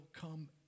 come